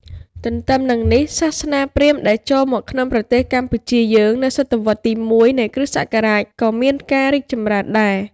ទន្ទឹមនឹងនេះ សាសនាព្រាហ្មណ៍ ដែលចូលមកក្នុងប្រទេសកម្ពុជាយើង នៅស.វ. ទី ១ នៃគ.ស. ក៏មានការរីកចម្រើនដែរ ។